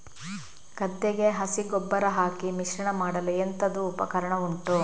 ಗದ್ದೆಗೆ ಹಸಿ ಗೊಬ್ಬರ ಹಾಕಿ ಮಿಶ್ರಣ ಮಾಡಲು ಎಂತದು ಉಪಕರಣ ಉಂಟು?